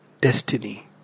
destiny